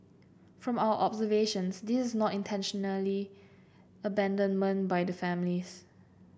from our observations this is not intentionally abandonment by the families